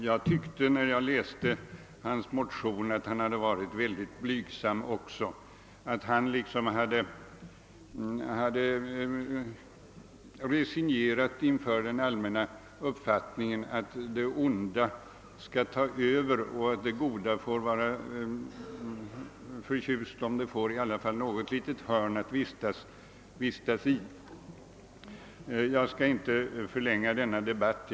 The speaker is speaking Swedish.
Jag tyckte när jag läste hans motion att han varit ytterst blygsam — att han liksom hade resignerat inför den allmänna uppfattningen att det onda skall ta över och att man när det gäller det goda får vara förtjust om det i alla fall tilldelas något litet hörn. Jag skall inte mycket förlänga debatten.